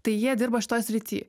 tai jie dirba šitoj srity